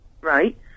Right